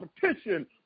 competition